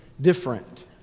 Different